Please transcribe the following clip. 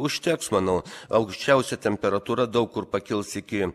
užteks manau aukščiausia temperatūra daug kur pakils iki